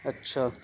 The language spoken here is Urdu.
اچھا